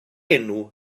enw